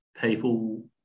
people